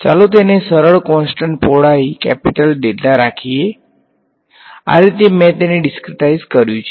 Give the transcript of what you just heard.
ચાલો તેને સરળ કોંસ્ટંટ પહોળાઈ કેપિટલ ડેલ્ટા રાખીએ આ રીતે મેં તેને ડીસ્ક્રીટાઈઝ કર્યું છે